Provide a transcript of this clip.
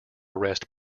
arrest